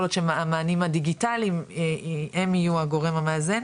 יכול להיות שהמענים הדיגיטליים הם יהיו הגורם המאזן?